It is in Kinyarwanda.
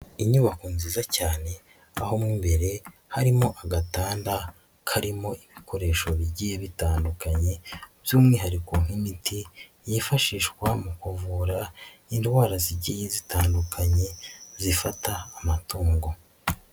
Inyubako nziza cyane aho mu mbere harimo agatanda karimo ibikoresho bigiye bitandukanye by'umwihariko nk'imiti yifashishwa mu kuvura indwara zigiye zitandukanye zifata amatungo.